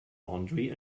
laundry